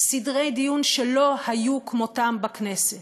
סדרי דיון שלא היו כמותם בכנסת,